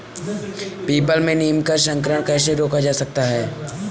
People में नीम का संकरण कैसे रोका जा सकता है?